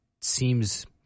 seems